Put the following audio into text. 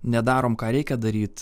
nedarom ką reikia daryt